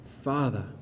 Father